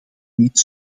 niet